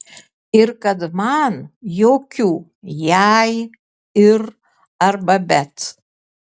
ir kad man jokių jei ir arba bet